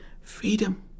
Freedom